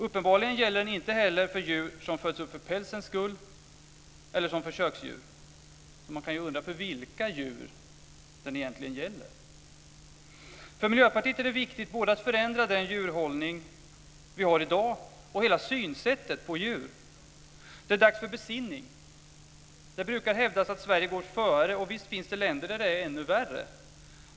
Uppenbarligen gäller den inte heller för djur som föds upp för pälsens skull eller som försöksdjur. Man kan undra för vilka djur den egentligen gäller. För Miljöpartiet är det viktigt både att förändra den djurhållning som vi har i dag och hela sättet att se på djur. Det är dags för besinning. Det brukar hävdas att Sverige går före, och visst finns det länder där det är ännu värre.